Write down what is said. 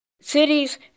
Cities